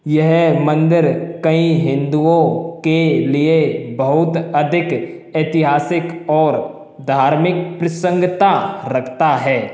यह मंदिर कई हिंदुओं के लिए बहुत अधिक ऐतिहासिक और धार्मिक प्रसंगता रखता है